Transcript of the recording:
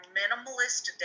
minimalist